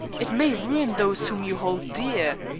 it may ruin those whom you hold dear.